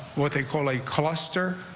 what they call a cluster,